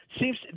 seems –